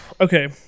okay